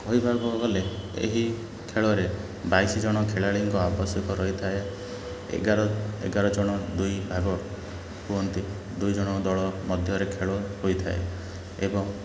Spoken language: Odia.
କହିବାକୁ ଗଲେ ଏହି ଖେଳରେ ବାଇଶି ଜଣ ଖେଳାଳିଙ୍କ ଆବଶ୍ୟକ ରହିଥାଏ ଏଗାର ଏଗାର ଜଣ ଦୁଇ ଭାଗ ହୁଅନ୍ତି ଦୁଇ ଜଣ ଦଳ ମଧ୍ୟରେ ଖେଳ ହୋଇଥାଏ ଏବଂ